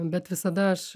bet visada aš